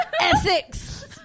Essex